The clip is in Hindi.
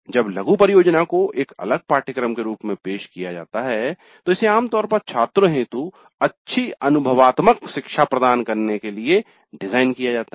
जब लघु परियोजना को एक अलग पाठ्यक्रम के रूप में पेश किया जाता है तो इसे आम तौर पर छात्रों हेतु अच्छी अनुभवात्मक शिक्षा प्रदान करने के लिए डिज़ाइन किया जाता है